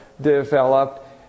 developed